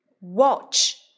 watch